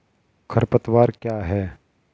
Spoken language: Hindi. खरपतवार क्या है?